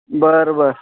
बरं बरं